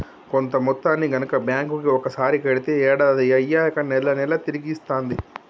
కొంత మొత్తాన్ని గనక బ్యాంక్ కి ఒకసారి కడితే ఏడాది అయ్యాక నెల నెలా తిరిగి ఇస్తాంది